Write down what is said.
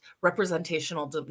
representational